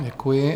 Děkuji.